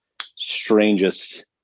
strangest